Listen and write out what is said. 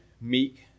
meek